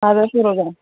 ꯑꯥꯗ ꯄꯨꯔꯒ